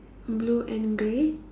blue and grey